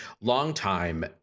longtime